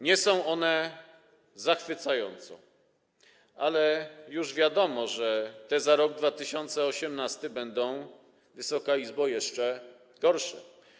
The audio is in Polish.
Nie są one zachwycające, ale już wiadomo, że te za rok 2018 będą, Wysoka Izbo, jeszcze gorsze.